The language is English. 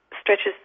stretches